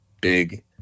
big